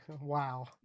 Wow